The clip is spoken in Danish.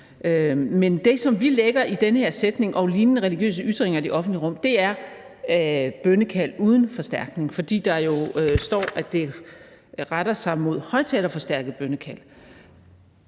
Men det, som vi lægger i den her sætning »og lignende religiøse ytringer i det offentlige rum«, er bønnekald uden forstærkning, for der står jo, at det retter sig mod højtalerforstærket bønnekald.